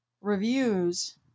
reviews